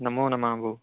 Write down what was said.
नमोनमः भोः